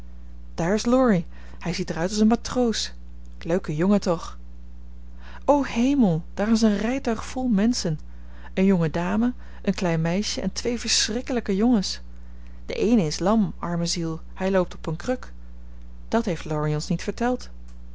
daar is laurie hij ziet er uit als een matroos leuke jongen toch o hemel daar is een rijtuig vol menschen een jonge dame een klein meisje en twee verschrikkelijke jongens de eene is lam arme ziel hij loopt op een kruk dat heeft laurie ons niet verteld